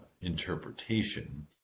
interpretation